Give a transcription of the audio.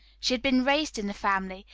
she had been raised in the family,